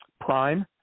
Prime